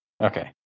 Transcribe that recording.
Okay